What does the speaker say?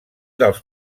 dels